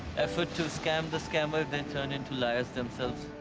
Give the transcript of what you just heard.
effort to scam the scammer they turned into liars themselves.